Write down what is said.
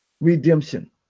Redemption